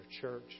church